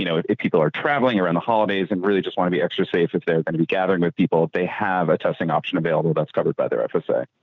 you know if if people are traveling around the holidays and really just want to be extra safe, if they're going to be gathering with people, they have a testing option available that's covered by their fsa.